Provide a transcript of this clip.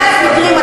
200,000 מקרים,